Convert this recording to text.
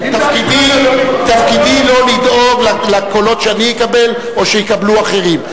תפקידי לא לדאוג לקולות שאני אקבל או שיקבלו אחרים.